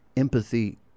empathy